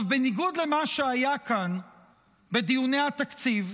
בניגוד למה שהיה כאן בדיוני התקציב,